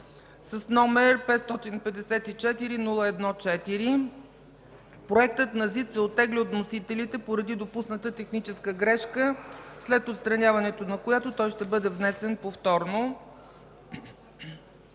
лица, № 554-01-4. Проектът на ЗИД се оттегля от вносителите поради допусната техническа грешка, след отстраняването на която той ще бъде внесен повторно.